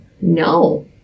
no